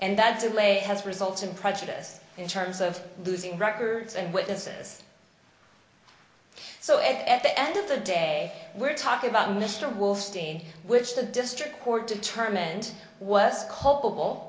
and that delay has results in prejudice in terms of losing records and witnesses so it at the end of the day we're talking about mr was doing which the district court determined was culpable